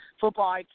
football